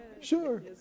Sure